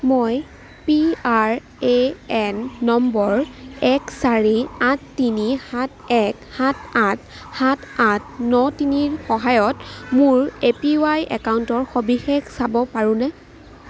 মই P R A N number এক চাৰি আঠ তিনি সাত এক সাত আঠ সাত আঠ ন তিনিৰ সহায়ত মোৰ এ পি ৱাই একাউণ্টৰ সবিশেষ চাব পাৰোঁনে